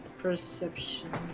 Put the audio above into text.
Perception